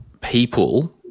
people